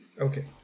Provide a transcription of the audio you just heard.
Okay